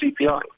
CPI